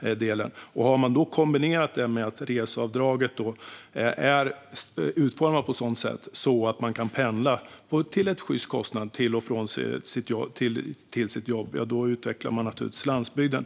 de delarna. Detta kombinerat med att reseavdraget är utformat på ett sådant sätt att man kan pendla till en sjyst kostnad till sitt jobb utvecklar naturligtvis landsbygden.